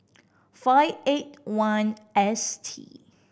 five eight one S T